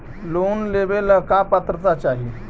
Loan लेवेला का पात्रता चाही?